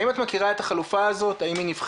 האם את מכירה את החלופה הזאת, האם היא נבחנה?